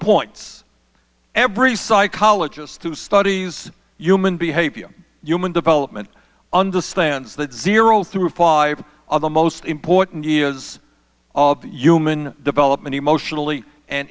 points every psychologist who studies human behavior human development understands that zero through five of the most important years of human development emotionally and